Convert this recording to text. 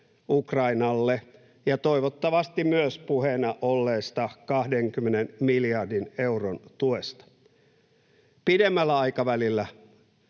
Ukrainalle, ja toivottavasti myös puheena olleesta 20 miljardin euron tuesta. Pidemmällä aikavälillä